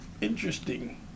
interesting